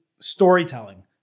storytelling